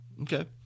Okay